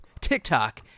tiktok